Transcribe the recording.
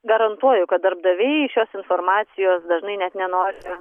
garantuoju kad darbdaviai šios informacijos dažnai net nenori